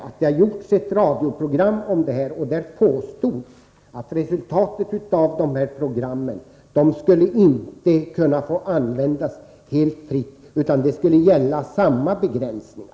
Det har gjorts ett radioprogram om detta, och där påstods det att resultatet av mikroelektronikprogrammet inte skulle få användas helt fritt, utan samma begränsningar skulle gälla i det avseendet.